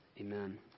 Amen